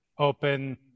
Open